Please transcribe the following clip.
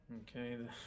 Okay